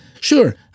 Sure